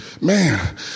man